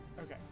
Okay